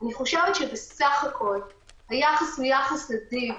אני חושבת שבסך הכול היחס הוא יחס אדיב,